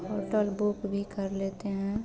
hotel book भी कर लेते हैं